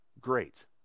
great